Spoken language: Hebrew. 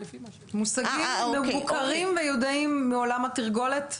מושגים מוכרים וידועים מעולם התרגולת?